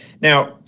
Now